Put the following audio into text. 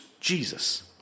Jesus